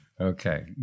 Okay